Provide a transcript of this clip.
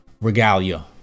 regalia